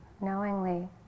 knowingly